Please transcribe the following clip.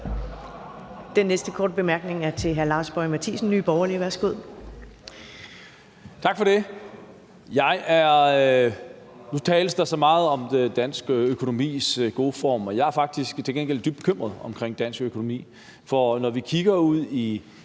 Den næste korte bemærkning er til hr. Lars Boje Mathiesen, Nye Borgerlige. Værsgo. Kl. 11:06 Lars Boje Mathiesen (NB) : Tak for det. Nu tales der så meget om den danske økonomis gode form, men jeg er faktisk til gengæld dybt bekymret omkring dansk økonomi. For når vi kigger ud i